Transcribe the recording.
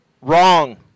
wrong